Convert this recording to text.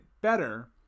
better